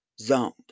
zoned